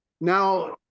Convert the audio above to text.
now